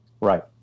Right